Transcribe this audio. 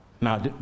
Now